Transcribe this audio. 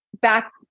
back